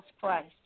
Christ